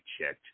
checked